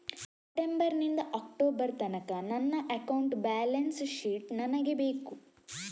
September ನಿಂದ October ತನಕ ನನ್ನ ಅಕೌಂಟ್ ಬ್ಯಾಲೆನ್ಸ್ ಶೀಟ್ ನನಗೆ ಬೇಕು